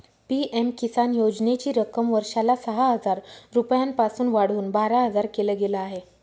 PM Kisan योजनेची रक्कम वर्षाला सहा हजार रुपयांपासून वाढवून बारा हजार केल गेलं आहे